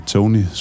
Tony